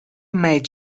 made